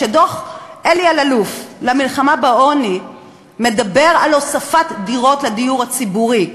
דוח אלי אלאלוף למלחמה בעוני מדבר על הוספת דירות לדיור הציבורי,